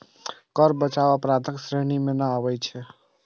कर बचाव अपराधक श्रेणी मे नहि आबै छै